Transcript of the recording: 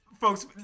Folks